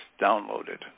downloaded